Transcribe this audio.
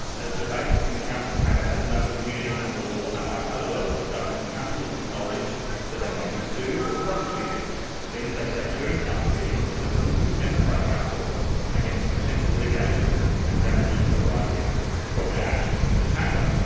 as debate in the council chamber has no immunity under the law unlike other levels of government, councillors acknowledge that they may be sued or prosecuted for things they say during council meetings and are willing to indemnity council against potential litigation and damages arising from their actions in the chamber.